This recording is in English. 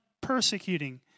persecuting